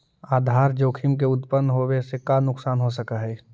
आधार जोखिम के उत्तपन होवे से का नुकसान हो सकऽ हई?